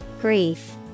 Grief